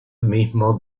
mismo